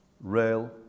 rail